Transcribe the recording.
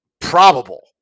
probable